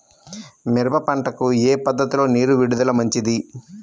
మిరప పంటకు ఏ పద్ధతిలో నీరు విడుదల మంచిది?